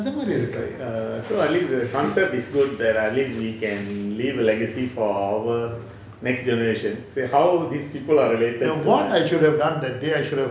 no what I should have done that day I should have